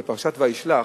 בפרשת וישלח,